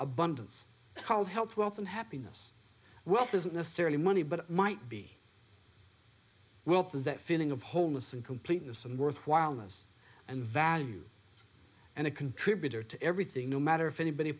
abundance called health wealth and happiness wealth isn't necessarily money but it might be wealth and that feeling of wholeness and completeness and worthwhileness and value and a contributor to everything no matter if anybody